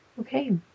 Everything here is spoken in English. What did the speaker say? Okay